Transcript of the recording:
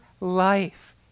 life